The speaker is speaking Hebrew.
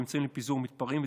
באמצעים לפיזור מתפרעים,